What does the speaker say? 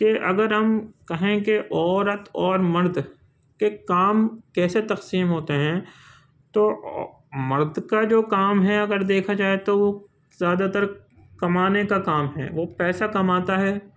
کہ اگر ہم کہیں کہ عورت اور مرد کے کام کیسے تقسیم ہوتے ہیں تو مرد کا جو کام ہے اگر دیکھا جائے تو وہ زیادہ تر کمانے کا کام ہے وہ پیسہ کماتا ہے